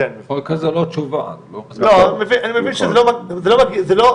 זה לא משפיע על העבודה,